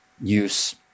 use